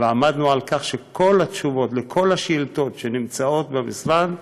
ועמדנו על כך שכל התשובות על כל השאילתות שנמצאות במשרד,